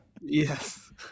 Yes